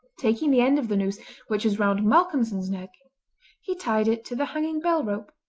taking the end of the noose which was round malcolmson's neck he tied it to the hanging-bell rope,